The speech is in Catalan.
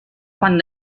quan